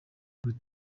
kuri